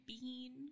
bean